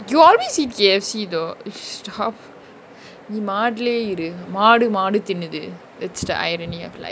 you always eat K_F_C though you should stop நீ மாட்லயே இரு மாடு மாடு தின்னுது:nee maatlaye iru maadu maadu thinnuthu it's the irony of life